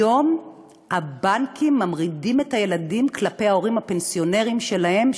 היום הבנקים ממרידים את הילדים כלפי ההורים הפנסיונרים שלהם,